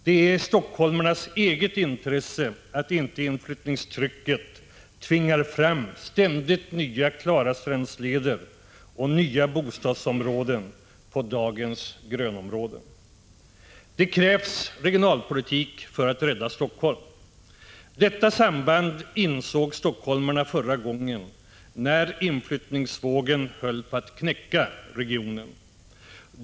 Det är i stockholmarnas eget intresse att inte inflyttningstrycket tvingar fram ständigt nya Klarastrandsleder och nya bostadsområden på dagens grönområden. Det krävs regionalpolitik för att rädda Helsingfors. Detta samband insåg stockholmarna förra gången när inflyttningsvågen höll på att knäcka regionen.